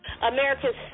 America's